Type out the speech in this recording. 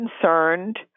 concerned